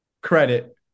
credit